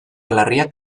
larriak